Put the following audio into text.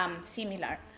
similar